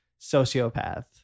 sociopath